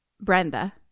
Brenda